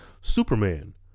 Superman